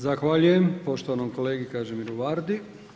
Zahvaljujem poštovanom kolegi Kažimiru Vardi.